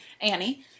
Annie